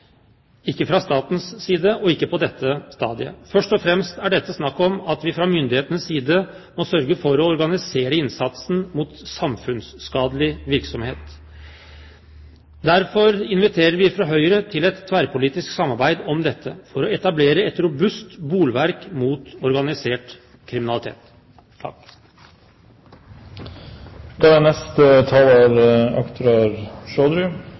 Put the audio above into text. ikke om penger – ikke fra statens side, og ikke på dette stadiet. Først og fremst er dette snakk om at vi fra myndighetenes side må sørge for å organisere innsatsen mot samfunnsskadelig virksomhet. Derfor inviterer vi fra Høyre til et tverrpolitisk samarbeid om dette, for å etablere et robust bolverk mot organisert kriminalitet. Norske borgere har rett til et fredelig liv. Det er